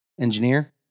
engineer